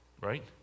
right